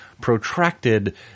protracted